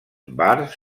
bars